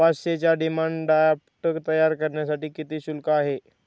पाचशेचा demand draft तयार करण्यासाठी किती शुल्क आहे?